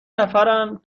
نفرم